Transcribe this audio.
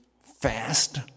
fast